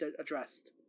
addressed